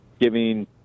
giving